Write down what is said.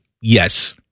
yes